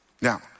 Now